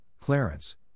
Clarence